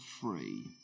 free